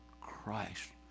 Christ